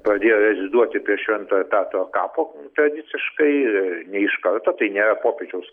pradėjo reziduoti prie šventojo petro kapo tradiciškai ne iš karto tai nėra popiežiaus